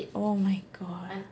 oh my god